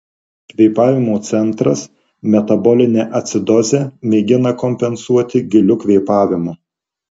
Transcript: kvėpavimo centras metabolinę acidozę mėgina kompensuoti giliu kvėpavimu